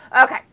Okay